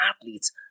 athletes